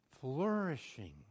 Flourishing